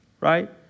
right